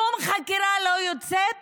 שום חקירה לא יוצאת